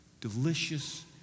delicious